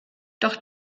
doch